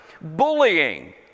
bullying